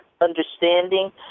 understanding